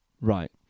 Right